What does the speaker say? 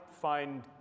find